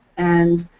and